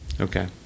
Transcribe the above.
Okay